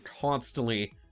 constantly